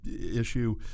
issue